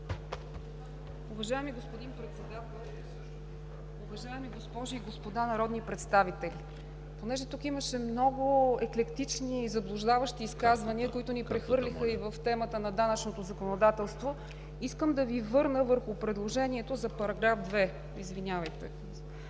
Уважаеми господин Председател, уважаеми госпожи и господа народни представители! Понеже тук имаше много еклектични и заблуждаващи изказвания, които ни прехвърлиха и в темата на данъчното законодателство, искам да Ви върна върху предложението за § 2. Извинявайте.